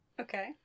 Okay